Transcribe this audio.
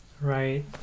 right